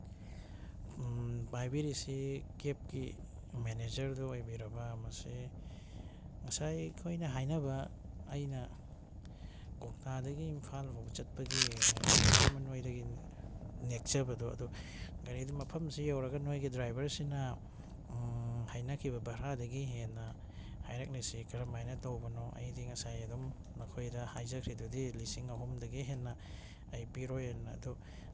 ꯄꯥꯏꯕꯤꯔꯤꯁꯤ ꯀꯦꯞꯀꯤ ꯃꯦꯅꯦꯖꯔꯗꯨ ꯑꯣꯏꯕꯤꯔꯕ꯭ꯔꯥ ꯃꯁꯤ ꯉꯁꯥꯏ ꯑꯩꯈꯣꯏꯅ ꯍꯥꯏꯅꯕ ꯑꯩꯅ ꯀꯣꯛꯇꯗꯒꯤ ꯏꯝꯐꯥꯜ ꯐꯥꯎ ꯆꯠꯄꯒꯤ ꯒꯥꯔꯤ ꯑꯃ ꯅꯣꯏꯗꯒꯤ ꯅꯦꯛꯆꯕꯗꯨ ꯑꯗꯨ ꯒꯔꯤꯗꯨ ꯃꯐꯝꯁꯤ ꯌꯧꯔꯒ ꯅꯣꯏꯒꯤ ꯗ꯭ꯔꯥꯏꯚꯔꯁꯤꯅ ꯍꯥꯏꯅꯈꯤꯕ ꯚꯔꯥꯗꯒꯤ ꯍꯦꯟꯅ ꯍꯥꯏꯔꯛꯂꯤꯁꯤ ꯀꯔꯝ ꯍꯥꯏꯅ ꯇꯧꯕꯅꯣ ꯑꯩꯗꯤ ꯉꯁꯥꯏ ꯑꯗꯨꯝ ꯅꯈꯣꯏꯗ ꯍꯥꯏꯖꯈ꯭ꯔꯤꯗꯨꯗꯤ ꯂꯤꯁꯤꯡ ꯑꯍꯨꯝꯗꯒꯤ ꯍꯦꯟꯅ ꯑꯩ ꯄꯤꯔꯣꯏ ꯑꯅ ꯑꯗꯨ